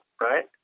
right